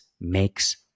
makes